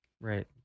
Right